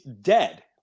dead